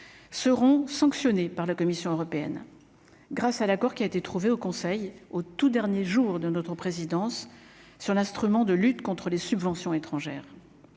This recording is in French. seront sanctionnés par la Commission européenne, grâce à l'accord qui a été trouvé au Conseil au tout dernier jour de notre présidence sur l'instrument de lutte contre les subventions étrangères